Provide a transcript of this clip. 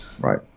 Right